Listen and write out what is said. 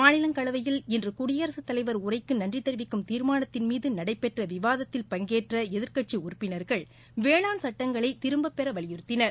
மாநிலங்களவையில் இன்று குடியரசுத் தலைவர் உரைக்கு நன்றி தெரிவிக்கும் தீர்மானத்தின் மீது நடைபெற்ற விவாதத்தில் பங்கேற்ற எதிர்க்கட்சி உறுப்பினர்கள் வேளாண் சட்டங்களை திரும்பப் பெற வலியுறத்தினர்